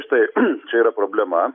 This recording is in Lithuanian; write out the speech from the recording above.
štai čia yra problema